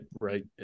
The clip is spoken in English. right